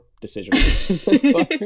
decision